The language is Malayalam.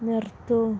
നിർത്തൂ